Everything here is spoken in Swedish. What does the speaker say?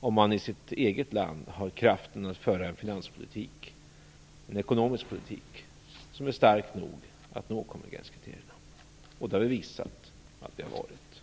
om man i sitt eget land har kraft att föra en ekonomisk politik som är stark nog att nå konvergenskriterierna. Det har vi visat att vi varit.